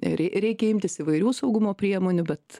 ir reikia imtis įvairių saugumo priemonių bet